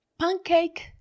pancake